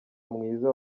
mwiza